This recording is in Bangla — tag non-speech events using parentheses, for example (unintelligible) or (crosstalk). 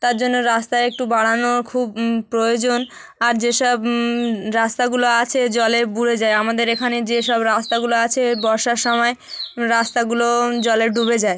তার জন্যে রাস্তা একটু বাড়ানো খুব প্রয়োজন আর যে সব রাস্তাগুলো আছে জলে (unintelligible) যায় আমাদের এখানে যে সব রাস্তাগুলো আছে বর্ষার সময় রাস্তাগুলো জলে ডুবে যায়